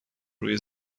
روی